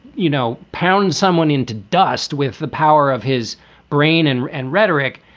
you know, pound someone into dust with the power of his brain and and rhetoric,